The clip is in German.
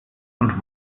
und